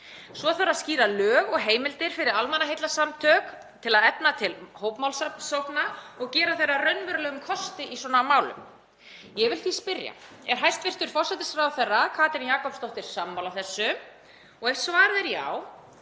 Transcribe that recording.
Svo þarf að skýra lög og heimildir fyrir almannaheillasamtök til að efna til hópmálsókna og gera þær að raunverulegum kosti í svona málum. Ég vil því spyrja: Er hæstv. forsætisráðherra, Katrín Jakobsdóttir, sammála þessu? Og ef svarið er já,